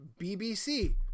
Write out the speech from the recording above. BBC